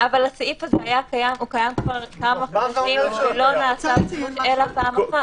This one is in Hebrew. אבל הסעיף הזה קיים כבר כמה חודשים ולא נעשה בו שימוש אלא פעם אחת.